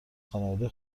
خانواده